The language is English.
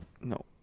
No